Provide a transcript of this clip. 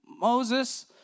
Moses